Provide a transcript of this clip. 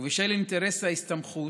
ובשל אינטרס ההסתמכות,